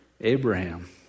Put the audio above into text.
Abraham